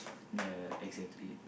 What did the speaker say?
ya exactly